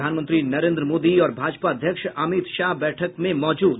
प्रधानमंत्री नरेन्द्र मोदी और भाजपा अध्यक्ष अमित शाह बैठक में मौजूद